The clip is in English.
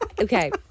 Okay